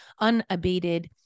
unabated